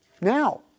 now